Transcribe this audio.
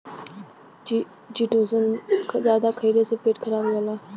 chitosan जादा खइले से पेट खराब हो जाला